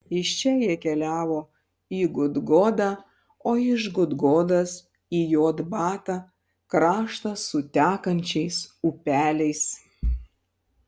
iš čia jie keliavo į gudgodą o iš gudgodos į jotbatą kraštą su tekančiais upeliais